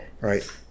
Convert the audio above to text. Right